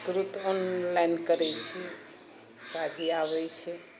तुरत ऑनलाइन करै छी साड़ी आबै छै